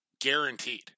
guaranteed